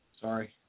Sorry